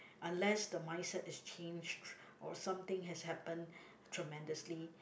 unless the mindset is changed or something has happened tremendously